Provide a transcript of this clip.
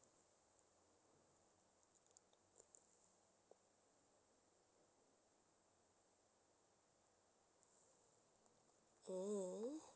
mmhmm mmhmm